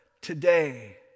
today